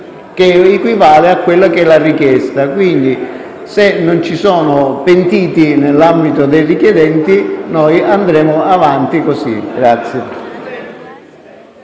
che equivale alla richiesta. Quindi, se non ci sono pentiti nell'ambito dei richiedenti, noi andremo avanti così.